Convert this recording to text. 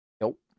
Nope